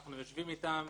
אנחנו יושבים איתם,